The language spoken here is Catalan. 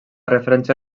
referència